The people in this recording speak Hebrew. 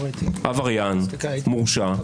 עבריין מורשע.